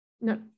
no